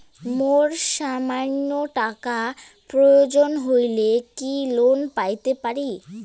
মোর সামান্য টাকার প্রয়োজন হইলে কি লোন পাইতে পারি?